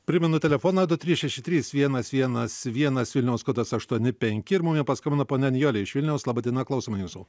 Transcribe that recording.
primenu telefoną du trys šeši trys vienas vienas vienas vilniaus kodas aštuoni penki ir mum jau paskambino ponia nijolė iš vilniaus laba diena klausome jūsų